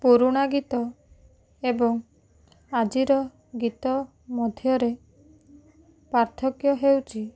ପୁରୁଣା ଗୀତ ଏବଂ ଆଜିର ଗୀତ ମଧ୍ୟରେ ପାର୍ଥକ୍ୟ ହେଉଛି